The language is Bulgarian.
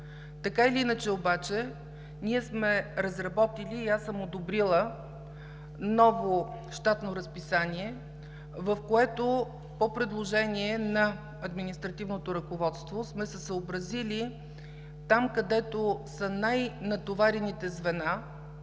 Така или иначе обаче ние сме разработили и аз съм одобрила ново щатно разписание, в което по предложение на административното ръководство сме се съобразили там, където са най-натоварените звена,